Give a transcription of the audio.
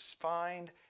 find